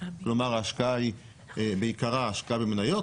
כלומר ההשקעה היא בעיקרה השקעה במניות.